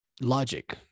Logic